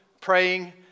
praying